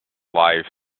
lives